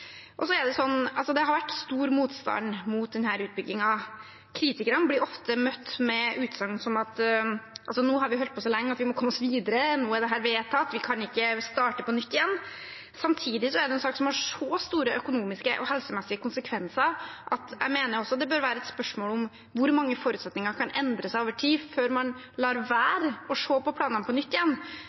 Det har vært stor motstand mot denne utbyggingen. Kritikerne blir ofte møtt med utsagn som: Nå har vi holdt på så lenge at vi må komme oss videre, nå er dette vedtatt, vi kan ikke starte på nytt. Samtidig er det en sak som har så store økonomiske og helsemessige konsekvenser at jeg mener det også bør være et spørsmål om hvor mange forutsetninger som kan endre seg over tid, før man lar være å se på planene på nytt.